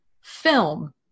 film